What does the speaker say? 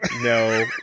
no